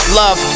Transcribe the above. love